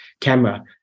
camera